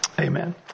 amen